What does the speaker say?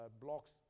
blocks